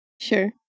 Sure